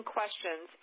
questions